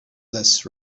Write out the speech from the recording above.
les